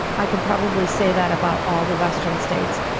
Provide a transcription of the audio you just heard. i can probably say that about all the western states.